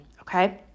okay